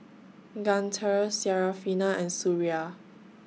Guntur Syarafina and Suria